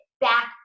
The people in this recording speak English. back